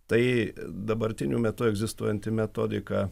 tai dabartiniu metu egzistuojanti metodika